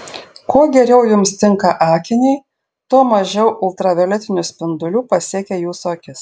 kuo geriau jums tinka akiniai tuo mažiau ultravioletinių spindulių pasiekia jūsų akis